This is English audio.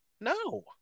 No